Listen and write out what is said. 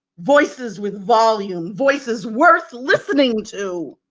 voices with volume. voices worth listening to.